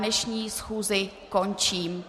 Dnešní schůzi končím.